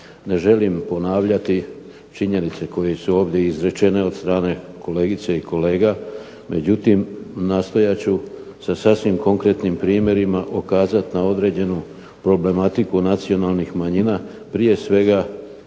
Ne želim ponavljati činjenice koje su ovdje izrečene od strane kolegica i kolega, međutim nastojat ću sa sasvim konkretnim primjerima ukazati na određenu problematiku nacionalnih manjina prije svega